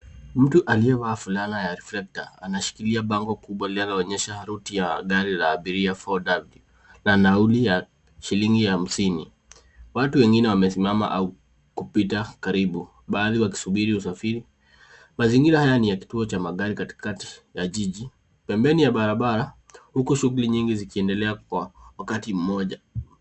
Mtu aliyevaa fulana ya reflector anashikilia bango kubwa linaloonyesha route ya gari la abiria 4W, na nauli ya shillingi 50. Watu wengine wamesimama au kupita karibu, baadhi wakisubiri usafiri. Mazingira haya ni ya kituo cha magari katikati ya jiji. Pembeni ya barabara, huku shughuli nyingi zikiendelea kwa wakati mmoja.